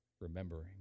remembering